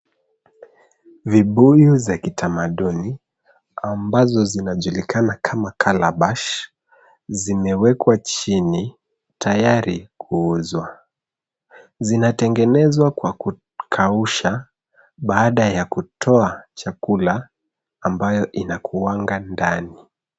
Vibuyu za kitamaduni ambazo zinajulikana kama calabash zimewekwa chini tayari kuuzwa. Zinatengenezwa kwa kukausha baada ya kutoa chakula ambayo inakuanga ndani.